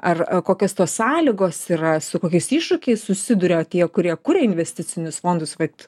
ar kokios tos sąlygos yra su kokiais iššūkiais susiduria tie kurie kuria investicinius fondus vat